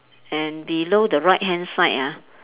and below the right hand side ah